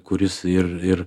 kuris ir ir